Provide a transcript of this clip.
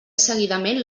seguidament